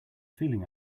feeling